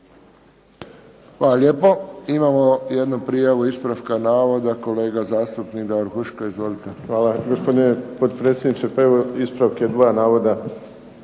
Hvala lijepo. Imamo jednu prijavu ispravka navoda. Kolega zastupnik Davor Huška, izvolite. **Huška, Davor (HDZ)** Hvala, gospodine potpredsjedniče. Pa evo ispravak je dva navoda